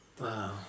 Wow